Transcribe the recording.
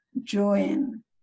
join